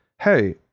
hey